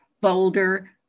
Boulder